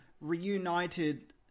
reunited